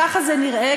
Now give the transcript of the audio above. ככה זה נראה.